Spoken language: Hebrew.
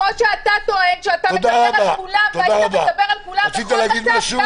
כמו שאתה טוען שאתה מדבר על כולם בכל מצב,